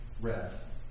rest